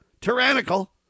tyrannical